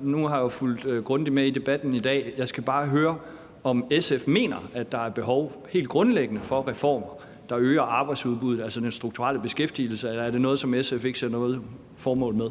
Nu har jeg jo fulgt grundigt med i debatten i dag. Jeg skal bare høre, om SF mener, at der helt grundlæggende er behov for reformer, der øger arbejdsudbuddet, altså den strukturelle beskæftigelse, eller er det noget, som SF ikke ser noget formål med?